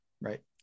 Right